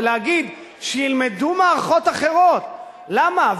ולהגיד: שילמדו מערכות אחרות, למה?